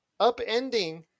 upending